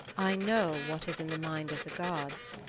i know what is in the mind of the gods,